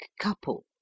couple